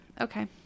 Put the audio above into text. Okay